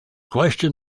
question